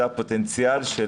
זה הפוטנציאל.